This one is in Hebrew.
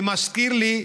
זה מזכיר לי,